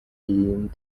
being